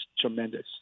tremendous